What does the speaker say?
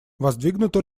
воздвигнута